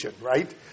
right